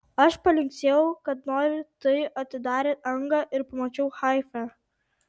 aš palinksėjau kad noriu tai atidarė angą ir pamačiau haifą